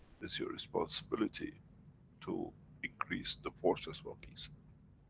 it's your responsibility to increase the forces for peace.